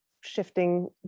shifting